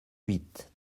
huit